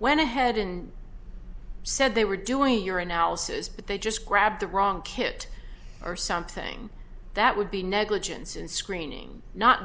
went ahead and said they were doing your analysis but they just grabbed the wrong kit or something that would be negligence and screening not